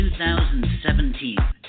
2017